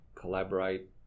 collaborate